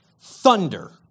thunder